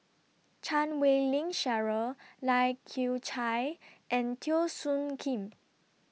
Chan Wei Ling Cheryl Lai Kew Chai and Teo Soon Kim